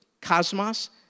cosmos